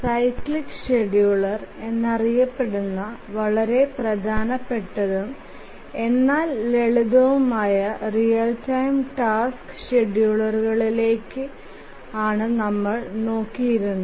cyclic scheduler എന്നറിയപ്പെടുന്ന വളരെ പ്രധാനപ്പെട്ടതും എന്നാൽ ലളിതവുമായ റിയൽ ടൈം ടാസ്ക് ഷെഡ്യൂളറുകളിലൊന്ന് നമ്മൾ നോക്കിയിരുന്നു